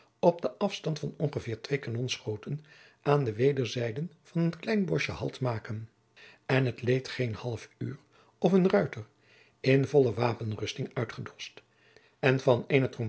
op den afstand van ongeveer twee kanonschoten aan de wederzijden van een klein boschje halt maken en het leed geen half uur of een ruiter in volle wapenrusting uitgedoscht en van eenen